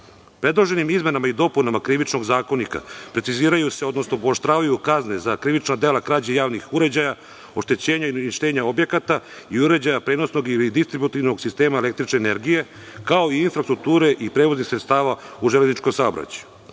Srbije. Predloženim izmenama i dopunama KZ preciziraju se, odnosno pooštravaju kazne za krivična dela krađe javnih uređaja, oštećenja ili uništenja objekata i uređaja prenosnog ili distributivnog sistema električne energije, kao i infrastrukture i prevoznih sredstava u železničkom saobraćaju. Ovim